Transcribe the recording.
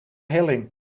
helling